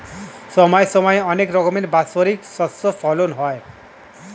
সময় সময় অনেক রকমের বাৎসরিক শস্য ফলন হয়